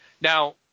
Now